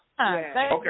Okay